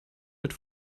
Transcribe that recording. mit